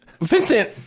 Vincent